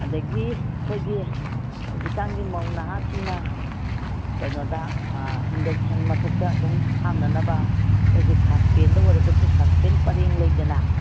ꯑꯗꯒꯤ ꯑꯩꯈꯣꯏꯒꯤ ꯍꯧꯖꯤꯛꯀꯥꯟꯒꯤ ꯃꯧ ꯅꯍꯥꯁꯤꯡꯅ ꯀꯩꯅꯣꯗ ꯏꯟꯗꯛꯁꯟꯗ ꯃꯊꯛꯇ ꯑꯗꯨꯝ ꯍꯥꯞꯅꯅꯕ ꯑꯩꯈꯣꯏꯒꯤ ꯁꯁꯄꯦꯟꯗ ꯑꯣꯏꯔꯒꯁꯨ ꯁꯁꯄꯦꯟ ꯄꯔꯦꯡ ꯂꯩꯗꯅ